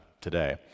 today